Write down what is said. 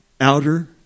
Outer